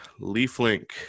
Leaflink